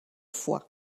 fois